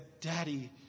Daddy